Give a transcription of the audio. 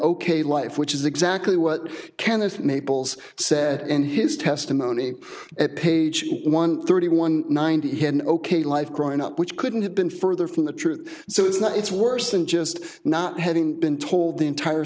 ok life which is exactly what kenneth maples said in his testimony at page one thirty one ninety one ok life growing up which couldn't have been further from the truth so it's not it's worse than just not having been told the entire